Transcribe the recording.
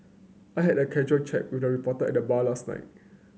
I had a casual chat with a reporter at the bar last night